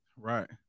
Right